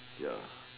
ya